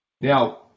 Now